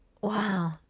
Wow